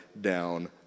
down